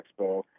Expo